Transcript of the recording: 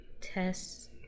tests